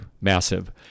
massive